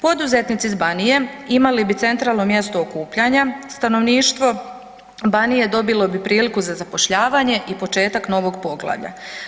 Poduzetnici s Banije imali bi centralno mjesto okupljanja, stanovništvo Banije dobilo bi priliku za zapošljavanje i početak novog poglavlja.